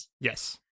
yes